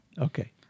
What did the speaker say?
okay